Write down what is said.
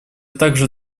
также